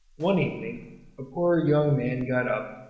one evening a poor young man got up,